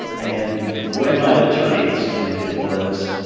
and the way my attorney explained it was,